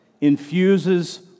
infuses